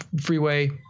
freeway